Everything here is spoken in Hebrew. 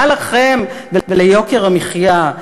מה לכם וליוקר המחיה,